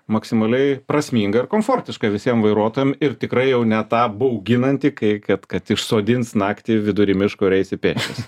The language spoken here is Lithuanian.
maksimaliai prasmingą ir komfortišką visiem vairuotojam ir tikrai jau ne tą bauginantį kai kad kad išsodins naktį vidury miško ir eisi pėsčias